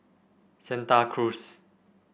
Santa Cruz